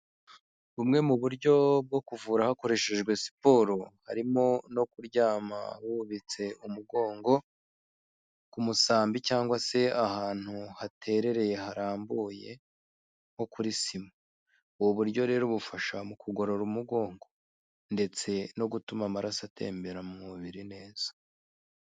Bumwe mu buryo bwo kuvura hakoreshejwe siporo, harimo no kuryama wubitse umugongo ku musambi cyangwa se ahantu haterereye harambuye, nko kuri sima. Ubu buryo rero bufasha mu kugorora umugongo ndetse no gutuma amaraso atembera mu mubiri neza.